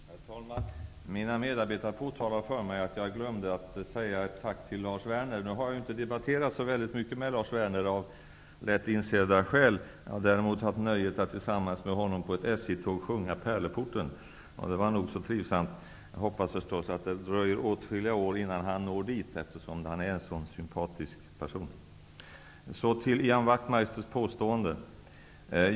Herr talman! Mina medarbetare påtalade att jag glömde att tacka Lars Werner. Nu har jag inte debatterat så mycket med Lars Werner av lätt insedda skäl, däremot har jag haft nöjet att tillsammans med honom på ett SJ-tåg sjunga Pärleporten. Det var nog så trivsamt. Jag hoppas förstås att det dröjer åtskilliga år innan han når dit, eftersom han är en så sympatisk person. Så till Ian Wachtmeister.